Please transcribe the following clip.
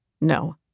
No